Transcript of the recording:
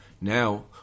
Now